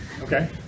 Okay